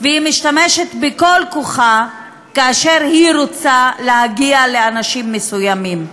והיא משתמשת בכל כוחה כאשר היא רוצה להגיע לאנשים מסוימים.